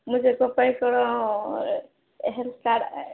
ମୁଁ ଯେ ଗୋ ପାଇଁଙ୍କର ହେଲ୍ଥ୍ କାର୍ଡ଼